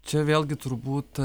čia vėlgi turbūt